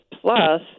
plus